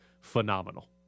phenomenal